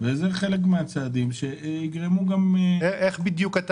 וזה חלק מהצעדים שיגרמו גם --- איך בדיוק אתה